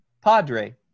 padre